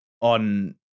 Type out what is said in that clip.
on